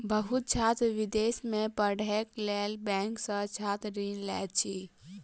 बहुत छात्र विदेश में पढ़ैक लेल बैंक सॅ छात्र ऋण लैत अछि